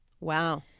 Wow